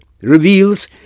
reveals